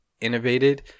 innovated